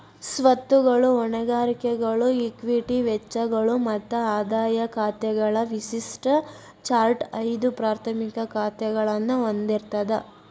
ಸ್ವತ್ತುಗಳು, ಹೊಣೆಗಾರಿಕೆಗಳು, ಇಕ್ವಿಟಿ ವೆಚ್ಚಗಳು ಮತ್ತ ಆದಾಯ ಖಾತೆಗಳ ವಿಶಿಷ್ಟ ಚಾರ್ಟ್ ಐದು ಪ್ರಾಥಮಿಕ ಖಾತಾಗಳನ್ನ ಹೊಂದಿರ್ತದ